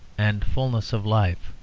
and fulness of life